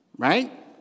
Right